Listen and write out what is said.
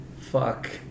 fuck